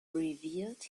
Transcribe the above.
revealed